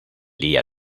día